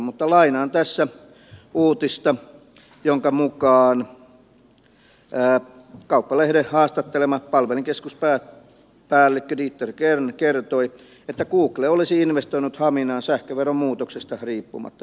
mutta lainaan tässä uutista jonka mukaan kauppalehden haastattelema palvelinkeskuspäällikkö dieter kern kertoi että google olisi investoinut haminaan sähköveron muutoksesta riippumatta